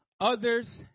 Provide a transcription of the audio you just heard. others